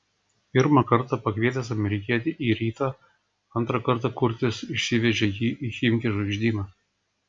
pirmą kartą pakvietęs amerikietį į rytą antrą kartą kurtis išsivežė jį į chimki žvaigždyną